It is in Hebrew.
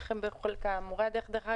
דרך אגב,